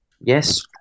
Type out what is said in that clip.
Yes